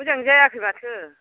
मोजां जायाखै माथो